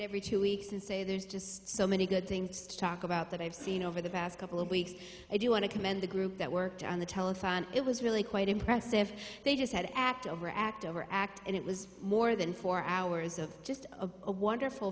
every two weeks and say there's just so many good things to talk about that i've seen over the past couple of weeks i do want to commend the group that worked on the telethon it was really quite impressive they just had act over act over act and it was more than four hours of just a wonderful